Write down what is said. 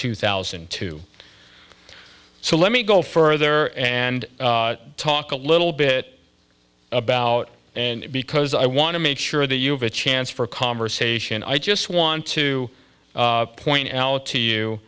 two thousand and two so let me go further and talk a little bit about and because i want to make sure that you have a chance for a conversation i just want to point out to you